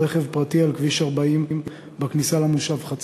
רכב פרטי על כביש 40 בכניסה למושב חצב.